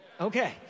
Okay